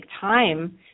time